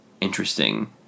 interesting